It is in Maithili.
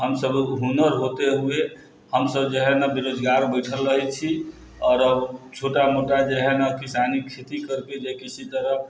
हम सभ हुनर होते हुये हम सभ जेहै न बेरोजगार बैठल रहै छी आओर छोटा मोटा जेहै न किसानी खेती कैरिके जे किसी तरह